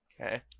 okay